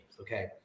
Okay